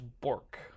bork